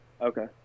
Okay